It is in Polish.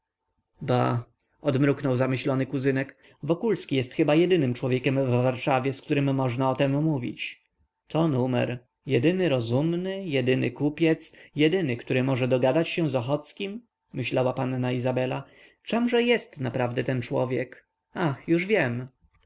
latających bah odmruknął zamyślony kuzynek wokulski jest chyba jedynym człowiekiem w warszawie z którym można o tem mówić to numer jedyny rozumny jedyny kupiec jedyny który może dogadać się z ochockim myślała panna izabela czemże jest naprawdę ten człowiek ach już wiem